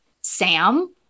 Sam